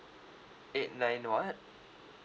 eight nine what